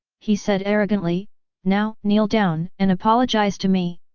he said arrogantly now, kneel down and apologize to me,